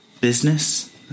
business